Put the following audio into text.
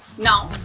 now